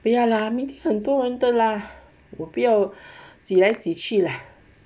不要啦很多人的啦我不要挤来挤去啦